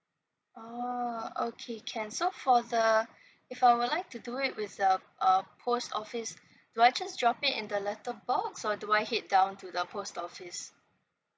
oh okay can so for the if I would like to do it reserved uh post office do I just drop it in the letter box or do I head down to the post office